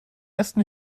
ersten